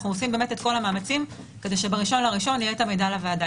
אנחנו עושים את כל המאמצים כדי שב-1.1 יהיה המידע לוועדה.